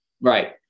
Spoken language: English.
Right